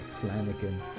Flanagan